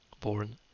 born